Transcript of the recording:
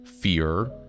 fear